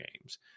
games